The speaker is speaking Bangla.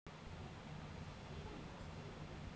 যে সময়তে ইস্তিরি ভেড়ারা লুলু ছিলার জল্ম দেয় সেট ল্যাম্বিং